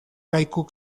kaiku